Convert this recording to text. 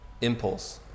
impulse